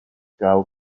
grau